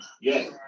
Yes